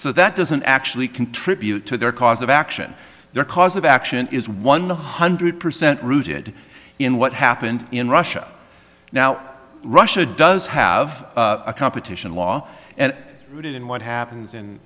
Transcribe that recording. so that doesn't actually contribute to their cause of action their cause of action is one hundred percent rooted in what happened in russia now russia does have a competition law and rooted in what happens in